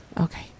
Okay